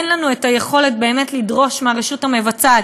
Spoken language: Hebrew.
ואין לנו יכולת לדרוש מהרשות המבצעת